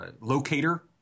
locator